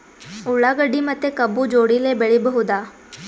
ಉಳ್ಳಾಗಡ್ಡಿ ಮತ್ತೆ ಕಬ್ಬು ಜೋಡಿಲೆ ಬೆಳಿ ಬಹುದಾ?